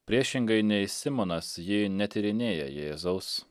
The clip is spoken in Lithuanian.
priešingai nei simonas ji netyrinėja jėzaus